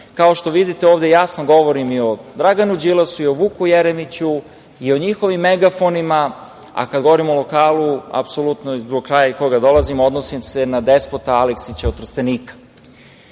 što vidite, ovde jasno govorim i o Draganu Đilasu i o Vuku Jeremiću, i o njihovim megafonima, a kada govorim o lokalu, apsolutno i zbog kraja iz kojeg dolazim, a odnosi se na Despota Aleksića iz Trstenika.Za